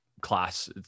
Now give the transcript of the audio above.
class